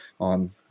on